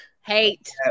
Hate